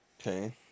Okay